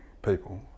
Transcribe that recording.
People